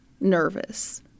nervous